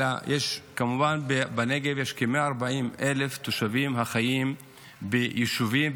אלא כמובן בנגב יש כ-140,000 תושבים החיים ביישובים,